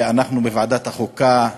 אנחנו, בוועדת החוקה,